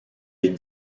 est